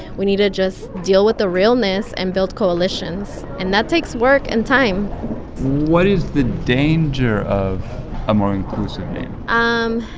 we need to just deal with the realness and build coalitions. and that takes work and time what is the danger of a more inclusive um